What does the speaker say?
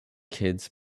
kids